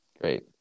Great